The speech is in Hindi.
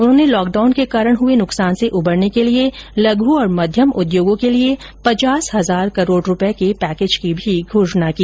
उन्होंने लॉकडाउन के कारण हए नुकसान से उबरने के लिए लघु और मध्यम उद्योगों के लिए पचास हजार करोड़ रूपए के पैकेज की घोषणा की